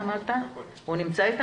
בוקר טוב,